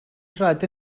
rhaid